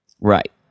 Right